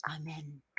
Amen